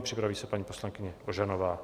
Připraví se paní poslankyně Ožanová.